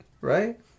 Right